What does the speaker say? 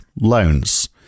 loans